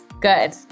good